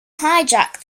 hijack